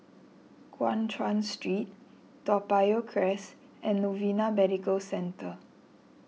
Guan Chuan Street Toa Payoh Crest and Novena Medical Centre